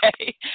okay